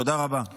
תודה רבה.